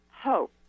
hope